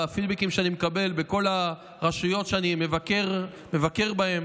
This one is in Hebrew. והפידבקים שאני מקבל בכל הרשויות שאני מבקר בהן